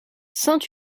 saint